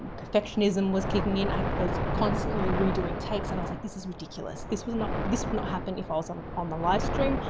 perfectionism was kicking in. i was constantly redoing takes and i was like, this is ridiculous. this was not, this would not happen if i was on on the live stream.